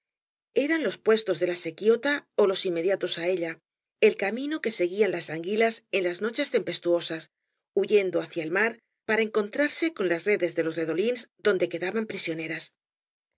eran los puestos de la sequidta ó los inmediatos á ella el camino que seguían las anguilas en las noches tempestuosas huyendo hacia el mar para encontrarse con las redes de los redolins donde quedaban prisioneras